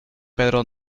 pedro